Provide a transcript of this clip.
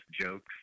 jokes